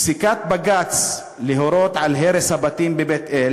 פסיקת בג"ץ להורות על הרס הבתים בבית-אל